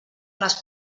les